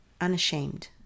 unashamed